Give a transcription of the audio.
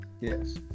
yes